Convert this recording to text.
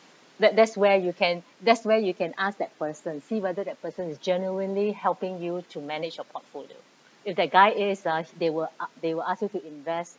that that's where you can that's where you can ask that person see whether that person is genuinely helping you to manage your portfolio if that guy is ah they will a~ they will ask you to invest